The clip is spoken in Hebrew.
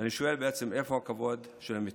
ואני שואל בעצם איפה הכבוד של המתים.